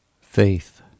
FAITH